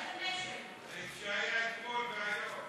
אם זה מעניין אז תצביעו בעד.